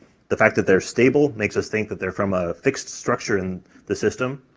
the fact that they're stable makes us think that they're from a fixed structure in the system,